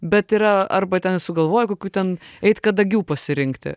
bet yra arba ten sugalvoji kokių ten eit kadagių pasirinkti